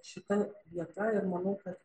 šita vieta ir manau kad